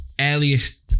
earliest